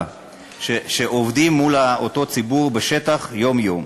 שעובדים מול הציבור בשטח יום-יום.